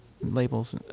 labels